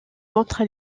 contre